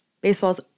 Baseball's